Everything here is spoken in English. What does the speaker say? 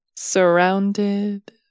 surrounded